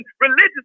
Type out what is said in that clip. religious